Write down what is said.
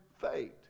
fate